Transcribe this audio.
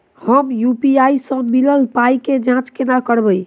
हम यु.पी.आई सअ मिलल पाई केँ जाँच केना करबै?